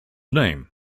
name